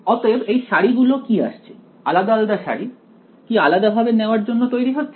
অতএব এই সারিগুলো কি আসছে আলাদা আলাদা সারি কি আলাদা ভাবে নেওয়ার জন্য তৈরি হচ্ছে